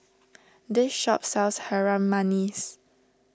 this shop sells Harum Manis